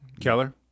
Keller